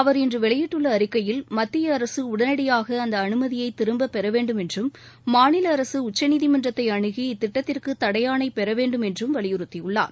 அவர் இன்று வெளியிட்டுள்ள அறிக்கையில் மத்திய அரசு உடனடியாக அந்த அனுமதியை திரும்பப்பெற வேண்டும் என்றும் மாநில அரசு உச்சநீதிமன்றத்தை அனுகி இத்திட்டத்திற்கு தடையாணை பெற வேண்டும் என்றும் வலியுறுத்தியுள்ளார்